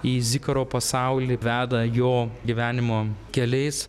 į zikaro pasaulį veda jo gyvenimo keliais